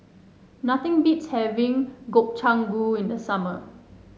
nothing beats having Gobchang Gui in the summer